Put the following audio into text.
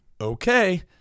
Okay